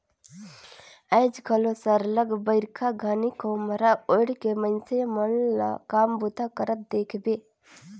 आएज घलो सरलग बरिखा घनी खोम्हरा ओएढ़ के मइनसे मन ल काम बूता करत देखबे